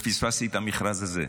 ופספסתי את המכרז הזה,